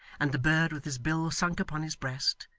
and the bird with his bill sunk upon his breast,